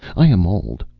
i am old,